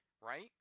Right